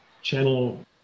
channel